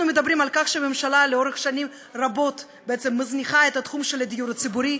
אנחנו מדברים על כך שהממשלה שנים רבות מזניחה את תחום הדיור הציבורי,